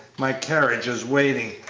my carriage is waiting.